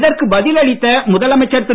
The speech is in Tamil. இதற்கு பதில் அளித்த முதல் அமைச்சர் திரு